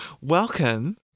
welcome